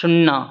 शुन्ना